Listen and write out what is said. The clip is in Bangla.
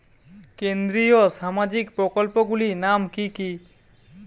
কেন্দ্রীয় সামাজিক প্রকল্পগুলি নাম কি কি?